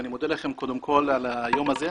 אני מודה לכם קודם כל על היום הזה.